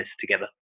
together